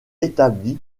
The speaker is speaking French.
établi